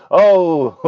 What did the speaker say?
oh,